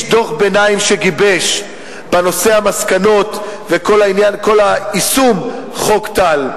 דוח ביניים שגיבש בנושא המסקנות וכל העניין של יישום חוק טל.